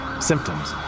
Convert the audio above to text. symptoms